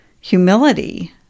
humility